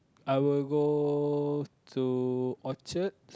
I would go to orchard